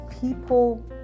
people